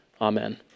Amen